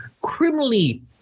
criminally